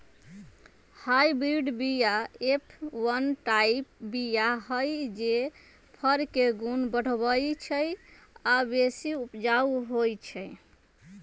hybrid बीया F one type बीया हई जे फर के गुण बढ़बइ छइ आ बेशी उपजाउ होइ छइ